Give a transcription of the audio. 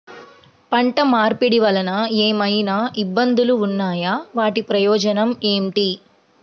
పంట మార్పిడి వలన ఏమయినా ఇబ్బందులు ఉన్నాయా వాటి ప్రయోజనం ఏంటి?